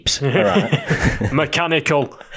mechanical